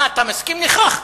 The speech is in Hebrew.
מה, אתה מסכים לכך,